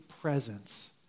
presence